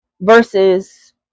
versus